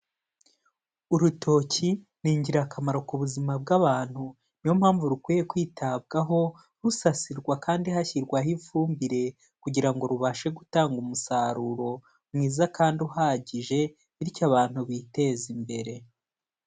Urutoki ni ingirakamaro ku buzima bw'abantu, niyo mpamvu rukwiye kwitabwaho rusasirwa kandi hashyirwaho ifumbire kugira ngo rubashe gutanga umusaruro mwiza kandi uhagije, bityo abantu biteze imbere.